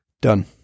Done